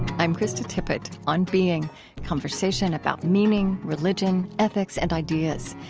i'm krista tippett, on being conversation about meaning, religion, ethics, and ideas.